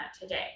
today